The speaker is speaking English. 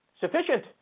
sufficient